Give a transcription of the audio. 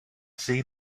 see